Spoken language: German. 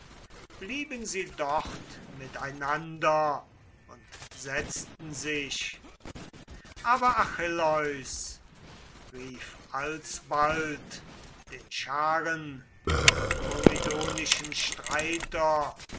blieben sie dort miteinander und setzten sich aber achilleus rief alsbald den scharen der myrmidonischen streiter